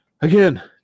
Again